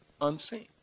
unseen